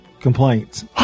complaints